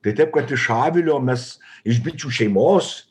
tai taip kad iš avilio mes iš bičių šeimos